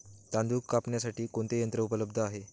तांदूळ कापण्यासाठी कोणते यंत्र उपलब्ध आहे?